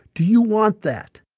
do you want that?